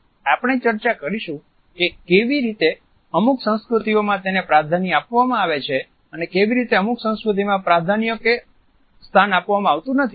આપણે ચર્ચા કરીશું કે કેવી રીતે અમુક સંસ્કૃતિઓમાં તેને પ્રાધાન્ય આપવામાં આવે છે અને કેવી રીતે અમુક સંસ્કૃતિઓમાં પ્રાધાન્ય કે સ્થાન આપવામાં આવતું નથી